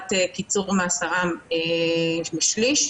לקראת קיצור מאסרם בשליש.